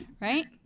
right